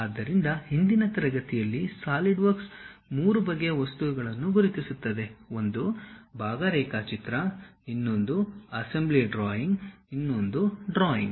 ಆದ್ದರಿಂದ ಹಿಂದಿನ ತರಗತಿಯಲ್ಲಿ ಸಾಲಿಡ್ವರ್ಕ್ಸ್ 3 ಬಗೆಯ ವಸ್ತುಗಳನ್ನು ಗುರುತಿಸುತ್ತದೆ ಒಂದು ಭಾಗ ರೇಖಾಚಿತ್ರ ಇನ್ನೊಂದು ಅಸೆಂಬ್ಲಿ ಡ್ರಾಯಿಂಗ್ ಇನ್ನೊಂದು ಡ್ರಾಯಿಂಗ್